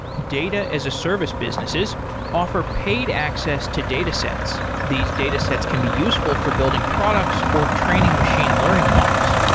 data as a service businesses offer paid access to datasets. these datasets can be useful for building products or training machine learning models.